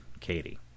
Katie